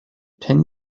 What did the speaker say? ten